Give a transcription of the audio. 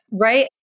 right